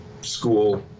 school